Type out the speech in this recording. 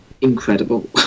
incredible